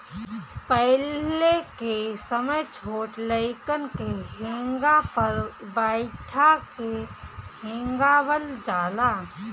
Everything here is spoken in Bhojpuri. पहिले के समय छोट लइकन के हेंगा पर बइठा के हेंगावल जाला